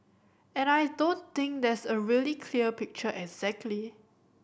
and I don't think there's a really clear picture exactly